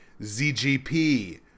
ZGP